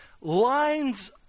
lines